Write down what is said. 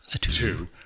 two